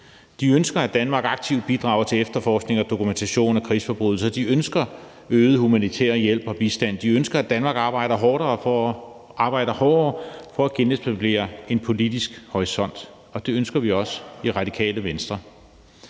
De ønsker, at Danmark aktivt bidrager til efterforskning og dokumentation af krigsforbrydelser. De ønsker øget humanitær hjælp og bistand. De ønsker, at Danmark arbejder hårdere for at genetablere en politisk horisont, og det ønsker vi også i Radikale Venstre.